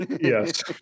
Yes